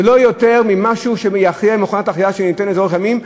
זה לא יותר ממכונת החייאה שתיתן לזה אורך ימים.